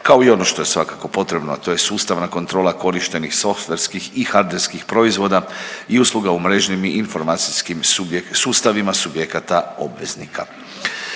kao i ono što je svakako potrebno, a to je sustavna kontrola korištenih softverskih i hardverskih proizvoda i usluga u mrežnim informacijskim sustavima subjekata obveznika.